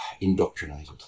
indoctrinated